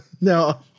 No